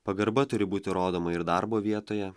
pagarba turi būti rodoma ir darbo vietoje